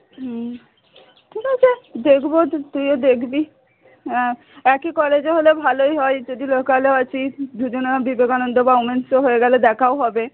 হুম ঠিক আছে দেখব তুইও দেখবি হ্যাঁ একই কলেজে হলে ভালোই হয় যদি লোকালেও আছি দুজনেও বিবেকানন্দ গভর্নমেন্টসে হয়ে গেলে দেখাও হবে